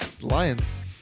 Lions